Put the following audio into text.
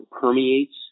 permeates